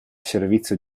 servizio